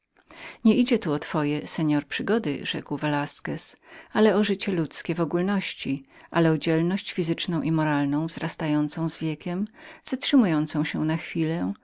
nie idzie tu o twoje seor przygody rzekł velasquez ale o życie ludzkie w ogólności ale o dzielność fizyczną i moralną wzrastającą z wiekiem zatrzymującą się na chwilę